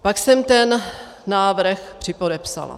Pak jsem ten návrh připodepsala.